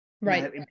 Right